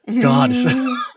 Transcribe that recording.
God